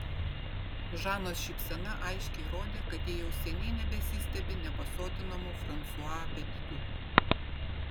žanos šypsena aiškiai rodė kad ji jau seniai nebesistebi nepasotinamu fransua apetitu